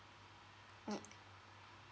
mm